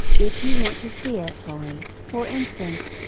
if you want to see italy, for instance,